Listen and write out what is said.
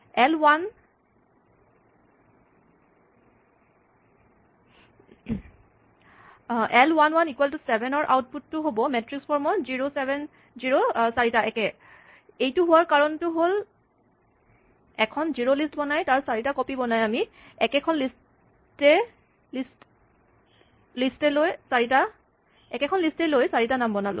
L one one equal to seven ৰ output টো হ'ল 0 7 0 0 7 0 0 7 0 0 7 0 এইটো হোৱাৰ কাৰণ হ'ল এখন জিৰ'লিষ্ট বনাই তাৰ চাৰিটা কপি বনাই আমি একেখন লিষ্ট এ লৈ চাৰিটা নাম বনালোঁ